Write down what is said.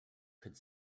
could